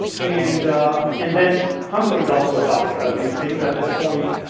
and and then, companies also adopt these things at this point.